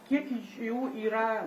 kiek iš jų yra